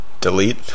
delete